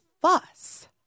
Fuss